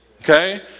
Okay